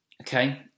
okay